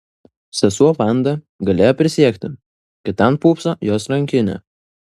sesuo vanda galėjo prisiekti kad ten pūpso jos rankinė